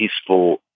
peaceful